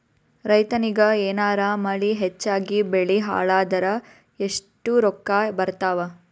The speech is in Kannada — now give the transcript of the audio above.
ರೈತನಿಗ ಏನಾರ ಮಳಿ ಹೆಚ್ಚಾಗಿಬೆಳಿ ಹಾಳಾದರ ಎಷ್ಟುರೊಕ್ಕಾ ಬರತ್ತಾವ?